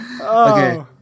okay